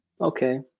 okay